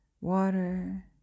water